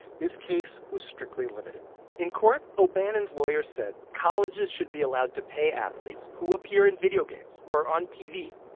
this case was strictly limited in court, o'bannon's lawyer said colleges should be allowed to pay athletes who appear in video games or on tv.